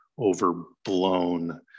overblown